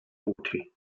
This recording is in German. boote